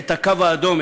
את הקו האדום,